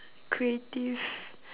creative